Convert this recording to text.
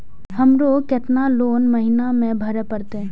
हमरो केतना लोन महीना में भरे परतें?